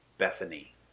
Bethany